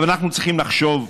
אבל אנחנו צריכים לחשוב.